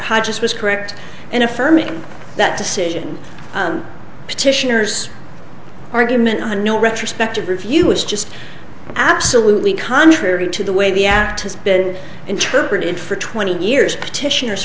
hodges was correct in affirming that decision petitioner's argument on a no retrospective review is just absolutely contrary to the way the act has been interpreted for twenty years petitioners